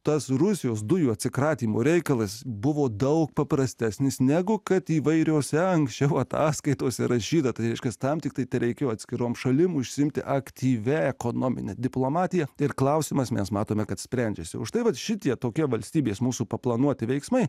tas rusijos dujų atsikratymo reikalas buvo daug paprastesnis negu kad įvairiose anksčiau ataskaitose rašydavo vyriškis tam tiktai tereikėjo atskiroms šalims užsiimti aktyvia ekonomine diplomatija ir klausimas mes matome kad sprendžiasi štai va šitie tokia valstybės mūsų paplanuoti veiksmai